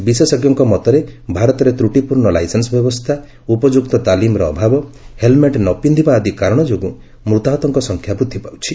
ବିଶେଷଜ୍ଞଙ୍କ ମତରେ ଭାରତରେ ତ୍ରୁଟିପୂର୍ଣ୍ଣ ଲାଇସେନ୍ନ ବ୍ୟବସ୍ଥା ଉପଯୁକ୍ତ ତାଲିମ୍ର ଅଭାବ ହେଲମେଟ୍ ନ ପିନ୍ଧିବା ଆଦି କାରଣ ଯୋଗୁଁ ମୃତାହତଙ୍କ ସଂଖ୍ୟା ବୃଦ୍ଧି ପାଉଛି